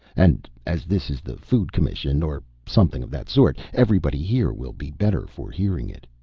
and as this is the food commission, or something of that sort, everybody here will be better for hearing it.